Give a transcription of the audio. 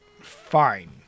fine